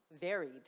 varied